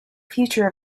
future